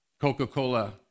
Coca-Cola